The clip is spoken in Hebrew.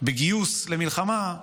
בגיוס למלחמה,